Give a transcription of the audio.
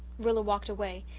rilla walked away,